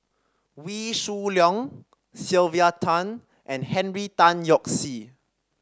Wee Shoo Leong Sylvia Tan and Henry Tan Yoke See